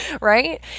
right